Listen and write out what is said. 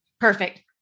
Perfect